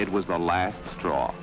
it was the last straw